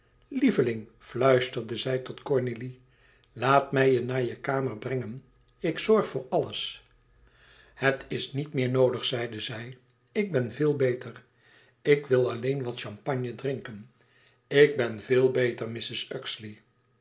lieveling fluisterde zij tot cornélie laat mij je naar je kamer brengen ik zorg voor alles het is niet meer noodig zeide zij ik ben veel beter ik wil alleen wat champagne drinken ik ben veel beter mrs